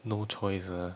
no choice ah